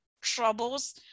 troubles